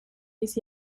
dies